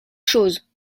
choses